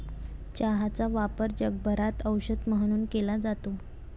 चहाचा वापर जगभरात औषध म्हणून केला जातो